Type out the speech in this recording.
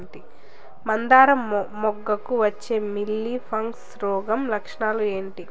మందారం మొగ్గకు వచ్చే మీలీ బగ్స్ రోగం లక్షణాలు ఏంటి?